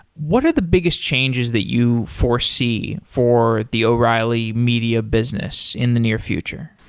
what are the biggest changes that you foresee for the o'reilly media business in the near future?